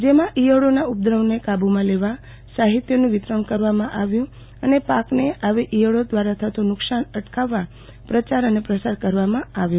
જેમાં ઈયળોના ઉપદ્રવને કાબુમાં લેવા સાહિત્યનું વિતરણ કરવામાં આવ્યું અને પાકને આવી ઈયળો દ્વારા થતું નુકશાન અટકાવવા પ્રચાર પ્રસાર કરવામાં આવ્યો